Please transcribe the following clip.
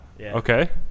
Okay